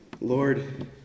Lord